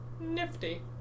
Nifty